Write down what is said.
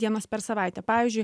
dienos per savaitę pavyzdžiui